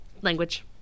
language